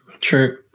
true